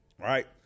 right